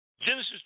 Genesis